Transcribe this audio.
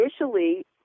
initially